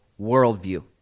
worldview